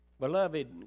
Beloved